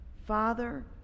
father